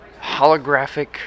holographic